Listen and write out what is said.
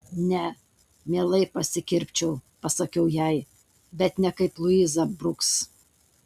ne mielai pasikirpčiau pasakiau jai bet ne kaip luiza bruks